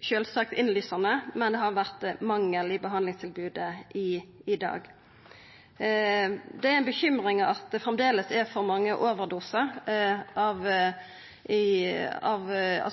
sjølvsagt innlysande, men det har vore ein mangel i behandlingstilbodet i dag. Det er ei bekymring at det framleis er for mange overdosar